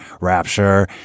rapture